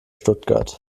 stuttgart